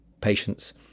patients